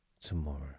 tomorrow